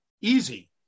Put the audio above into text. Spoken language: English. easy